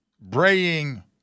braying